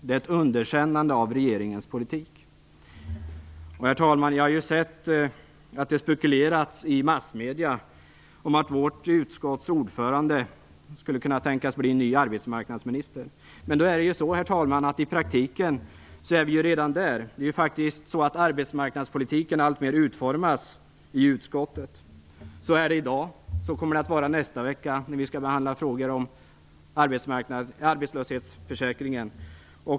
Det är ett underkännande av regeringens politik. Jag har sett att det spekuleras i massmedierna om arbetsmarknadsutskottets ordförande som ny arbetsmarknadsminister. Men i praktiken är vi redan där. Arbetsmarknadspolitiken utformas ju alltmer i utskottet. Så är det i dag, och så kommer det att vara nästa vecka när vi skall behandla frågor om arbetslöshetsförsäkringen.